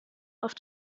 auf